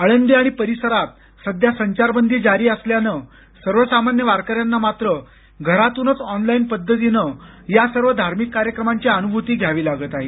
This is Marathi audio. आळंदी आणि परिसरात सध्या संचारबंदी जारी असल्यानं सर्वसामान्य वारकऱ्यांना मात्र घरातूनच ऑनलाईन पद्धतीनं या सर्व धार्मिक कार्यक्रमांची अनुभूती घ्यावी लागत आहे